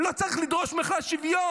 אני לא צריך לדרוש בכלל שוויון.